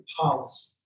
policy